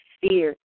fear